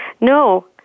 No